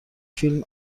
فیلم